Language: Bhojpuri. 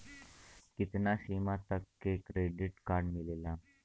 कितना सीमा तक के क्रेडिट कार्ड मिलेला?